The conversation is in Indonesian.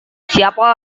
siapa